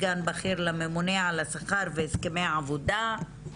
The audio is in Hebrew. סגן בכיר לממונה על השכר והסכמי עבודה.